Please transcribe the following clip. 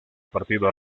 partido